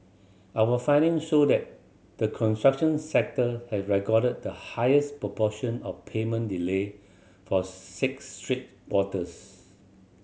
our findings show that the construction sector has recorded the highest proportion of payment delay for six straight quarters